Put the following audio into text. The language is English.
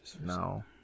No